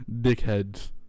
Dickheads